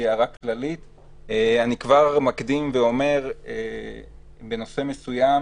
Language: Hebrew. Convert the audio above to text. אני כבר מקדים ואומר בנושא מסוים